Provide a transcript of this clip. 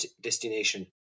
Destination